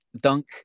dunk